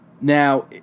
Now